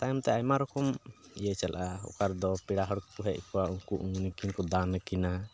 ᱛᱟᱭᱚᱢ ᱛᱮ ᱟᱭᱢᱟ ᱨᱚᱠᱚᱢ ᱤᱭᱟᱹ ᱪᱟᱞᱟᱜᱼᱟ ᱚᱠᱟ ᱨᱮᱫᱚ ᱯᱮᱲᱟ ᱦᱚᱲ ᱠᱚ ᱦᱮᱡ ᱠᱚᱜᱼᱟ ᱩᱱᱠᱩ ᱩᱱᱠᱤᱱ ᱠᱚ ᱫᱟᱱ ᱟᱠᱤᱱᱟ